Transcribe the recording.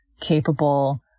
capable